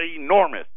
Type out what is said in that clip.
enormous